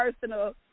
personal